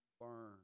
burn